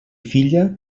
filla